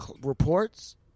reports